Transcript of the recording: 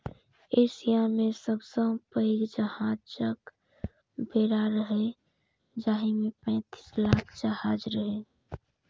Asia मे सबसं पैघ जहाजक बेड़ा रहै, जाहि मे पैंतीस लाख जहाज रहै